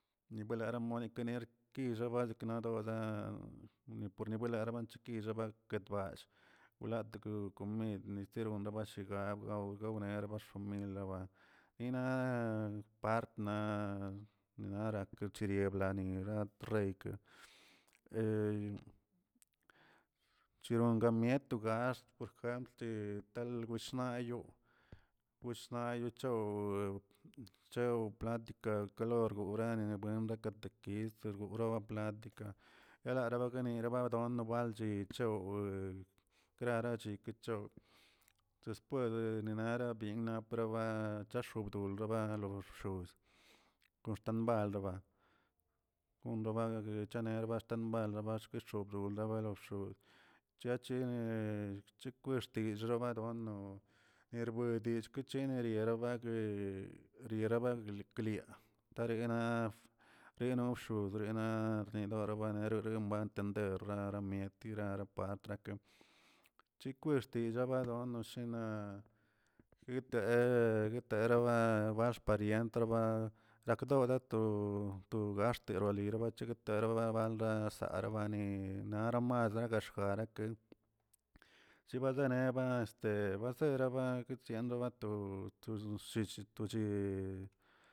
Nirabueni kener kixi basakdonl ni parlabuenchi ki kebat guetball wlatogo komid seron bashigaw obagrenegr xshimil nina partma nara kuchiriebra niratrreyke cheraromiet to gaxt jemplchetu na yoo wishna yocho chew paltica ororganibuen lakatekis dorabaplat galarabarmemid nodon nobalchi chowe grarachi kechowdespuese ninara bienna raraba chexadoldoba loxxoz kon xtambalaba gonlagne laxguexolbdoraba chiachene bchekwxtillxa nadonno erwedill kachinini rabagre rirabaglegyaa targuera renobxosgu¿re naꞌ rdero nomban entender raramiet tirara patraka chikwextillabadon shena gueta guetraba baxt parientba rakdorato to gaxt liroliro legtarobal lasarbarinaramas kigaxtg shibadene este bazieraba siendo bato toche.